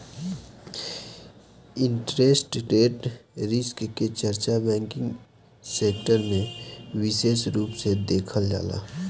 interest rate risk के चर्चा banking sector में बिसेस रूप से देखल जाला